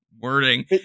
wording